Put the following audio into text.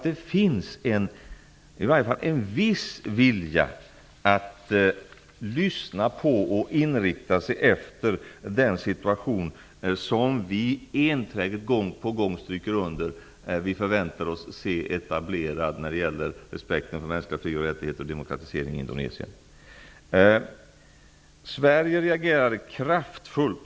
Det finns en viss vilja att lyssna och att inrikta sig på att etablera en respekt för mänskliga fri och rättigheter och demokratisering i Indonesien -- något som vi enträget har strukit under.